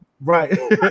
Right